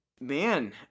man